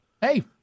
Hey